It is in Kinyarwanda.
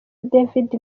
david